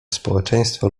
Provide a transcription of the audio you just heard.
społeczeństwo